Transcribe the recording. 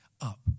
up